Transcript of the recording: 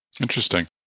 Interesting